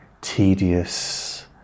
tedious